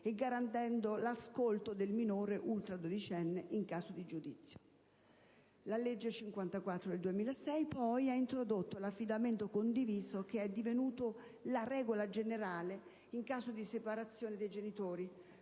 e garantendo l'ascolto del minore ultradodicenne in caso di giudizio. La legge n. 54 del 2006, poi, ha introdotto l'affidamento condiviso, che è divenuto la regola generale in caso di separazione dei genitori,